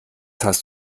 hast